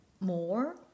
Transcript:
more